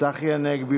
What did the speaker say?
צחי הנגבי,